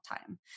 time